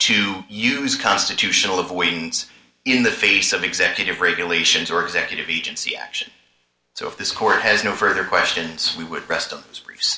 to use constitutional of waynes in the face of executive regulations or executive agency action so if this court has no further questions we would rest